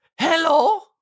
Hello